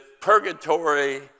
purgatory